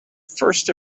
first